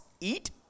eat